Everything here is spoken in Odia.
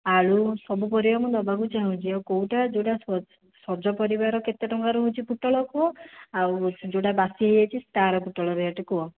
ଆଳୁ ସବୁ ପରିବା ମୁଁ ନେବାକୁ ଚାହୁଁଛି କେଉଁଟା ଯେଉଁଟା ସଜ ପରିବାର କେତେ ଟଙ୍କା ରହୁଛି ପୋଟଳ କୁହ ଆଉ ଯେଉଁଟା ବାସି ହୋଇଯାଇଛି ତା'ର ପୋଟଳ ରେଟ୍ କୁହ